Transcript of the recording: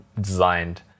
designed